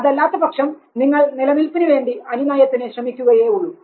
അതല്ലാത്ത പക്ഷം നിങ്ങൾ നിലനിൽപ്പിനുവേണ്ടി അനുനയത്തിന് ശ്രമിക്കുകയെ ഉള്ളൂ